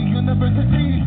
university